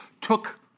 took